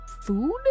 food